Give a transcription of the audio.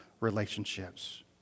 relationships